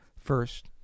first